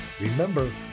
Remember